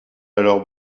alors